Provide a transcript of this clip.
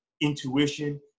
intuition